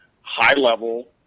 high-level